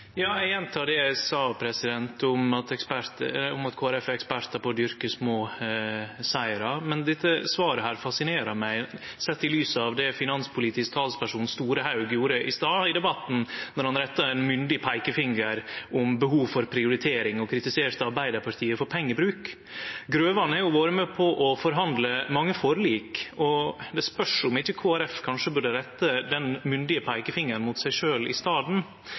Eg gjentek det eg sa om at Kristeleg Folkeparti er ekspert på å dyrke små sigrar. Men dette svaret fascinerer meg sett i lys av det finanspolitisk talsperson Storehaug gjorde i debatten i stad då han retta ein myndig peikefinger om behov for prioritering og kritiserte Arbeidarpartiet for pengebruk. Representanten Grøvan har vore med på å forhandle mange forlik, og det spørst om ikkje Kristeleg Folkeparti kanskje burde rette den myndige peikefingeren mot seg sjølv i staden,